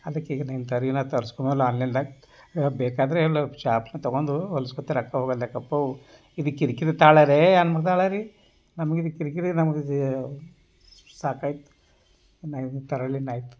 ಅದಕ್ಕೆ ಆನ್ಲೈನ್ದಾಗ ಬೇಕಾದರೆ ಎಲ್ಲೋ ಶಾಪ್ನಾಗ ತಗೊಂಡು ಹೊಲಿಸ್ಕೊತಾರೆ ಇದು ಕಿರಿಕಿರಿ ತಾಳರೇ ಅನ್ಬಿಡ್ತಾಳರಿ ನಮಗಿದು ಕಿರಿಕಿರಿ ನಮ್ಗೆ ಇದು ಸಾಕೈತು ನಾನು ಇನ್ನು ತರಲಿನ್ನಾಯ್ತು